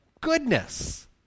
goodness